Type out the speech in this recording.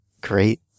great